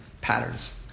patterns